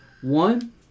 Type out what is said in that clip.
One